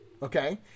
Okay